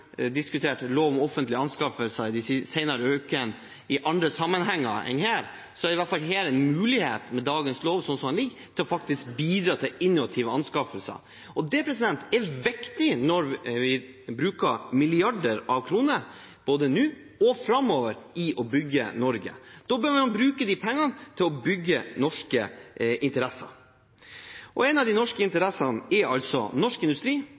diskutert lov om offentlige anskaffelser i de senere ukene i andre sammenhenger enn her, så er det i hvert fall her en mulighet, med dagens lov sånn som den ligger, til faktisk å bidra til innovative anskaffelser. Det er viktig når vi bruker milliarder av kroner, både nå og framover, på å bygge Norge. Da bør man bruke de pengene til å bygge norske interesser. En av de norske interessene er altså norsk industri